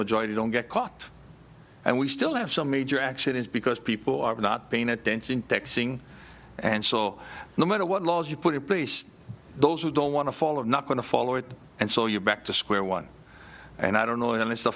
majority don't get caught and we still have some major accidents because people are not paying attention texting and so no matter what laws you put in place those who don't want to follow not going to follow it and so you're back to square one and i don't know unless the